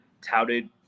touted